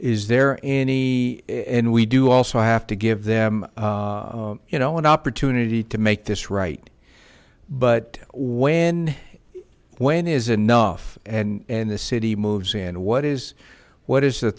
is there any and we do also have to give them you know an opportunity to make this right but when when is enough and the city moves and what is what is the